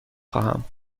خواهم